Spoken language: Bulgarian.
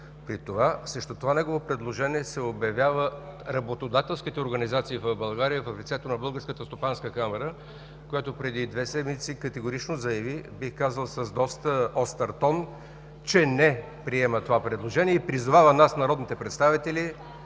Срещу това негово предложение се обявяват работодателските организации в България в лицето на Българската стопанска камара, която преди две седмици категорично заяви, бих казал с доста остър тон, че не приема това предложение и призовава нас, народните представители,